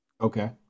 Okay